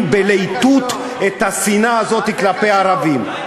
בלהיטות את השנאה הזאת כלפי הערבים.